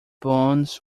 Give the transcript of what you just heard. bones